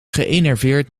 geënerveerd